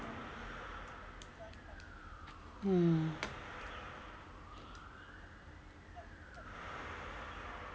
mm